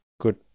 good